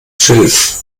schilf